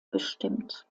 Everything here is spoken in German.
bestimmt